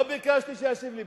לא ביקשתי שישיב לי.